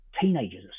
teenagers